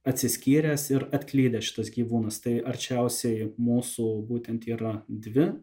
atsiskyręs ir atklydęs šitas gyvūnas tai arčiausiai mūsų būtent yra dvi